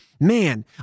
Man